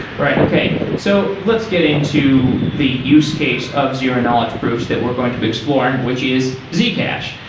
right. okay. so let's get into the use case of zero knowledge proofs that we're going to be exploring, which is zcash.